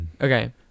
Okay